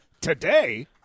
Today